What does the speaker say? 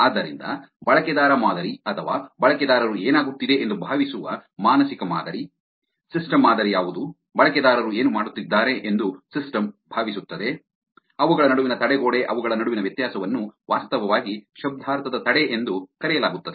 ಆದ್ದರಿಂದ ಬಳಕೆದಾರ ಮಾದರಿ ಅಥವಾ ಬಳಕೆದಾರರು ಏನಾಗುತ್ತಿದೆ ಎಂದು ಭಾವಿಸುವ ಮಾನಸಿಕ ಮಾದರಿ ಸಿಸ್ಟಮ್ ಮಾದರಿ ಯಾವುದು ಬಳಕೆದಾರರು ಏನು ಮಾಡುತ್ತಿದ್ದಾರೆ ಎಂದು ಸಿಸ್ಟಮ್ ಭಾವಿಸುತ್ತದೆ ಅವುಗಳ ನಡುವಿನ ತಡೆಗೋಡೆ ಅವುಗಳ ನಡುವಿನ ವ್ಯತ್ಯಾಸವನ್ನು ವಾಸ್ತವವಾಗಿ ಶಬ್ದಾರ್ಥದ ತಡೆ ಎಂದು ಕರೆಯಲಾಗುತ್ತದೆ